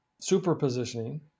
superpositioning